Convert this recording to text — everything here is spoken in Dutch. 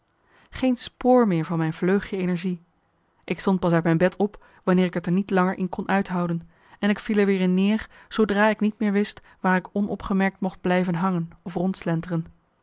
geen spoor meer van mijn vleugje energie ik stond pas uit mijn bed op wanneer ik t er niet langer in kon uithouden en ik viel er weer in neer zoodra ik niet meer wist waar ik onopgemerkt mocht blijven hangen of